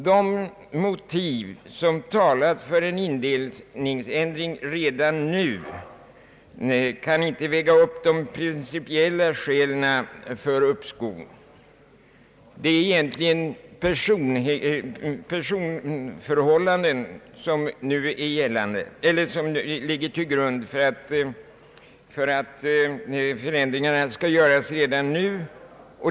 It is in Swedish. De motiv som talar för en indelningsändring redan nu kan inte väga upp de principiella skälen för uppskov. Det är egentligen personförhållanden som ligger till grund för att förändringarna bör göras nu.